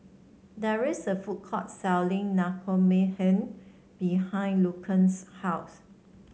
there's a food court selling Naengmyeon behind Lucian's house